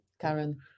Karen